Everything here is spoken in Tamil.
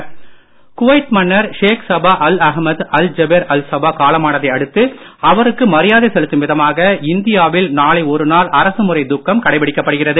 அரசு முறை துக்கம் குவைத் மன்னர் Sheikh Sabah Al Ahmad Al Jaber Al Sabah Naidu அடுத்து அவருக்கு மரியாதை செலுத்தும் விதமாக இந்தியாவில் நாளை ஒரு நாள் அரசு முறை துக்கம் கடைபிடிக்கப்படுகிறது